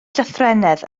llythrennedd